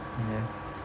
ya